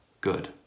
good